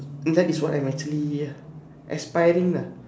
that is why I am actually aspiring ah